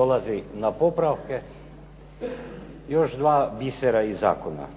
dolazi na poprave, još dva bisera iz zakona.